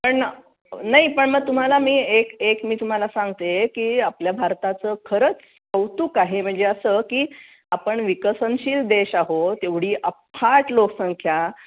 पण नाही पण मग तुम्हाला मी एक एक मी तुम्हाला सांगते की आपल्या भारताचं खरंच कौतुक आहे म्हणजे असं की आपण विकसनशील देश आहोत एवढी अफाट लोकसंख्या